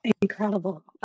Incredible